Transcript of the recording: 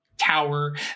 tower